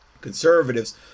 conservatives